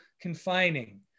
confining